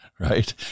right